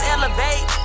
Elevate